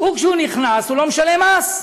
הוא, כשהוא נכנס הוא לא משלם מס,